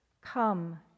come